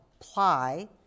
apply